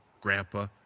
grandpa